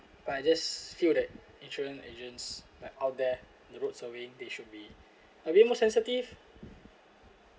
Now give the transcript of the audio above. but I just feel that insurance agents like out there in the roads surveying they should be a bit more sensitive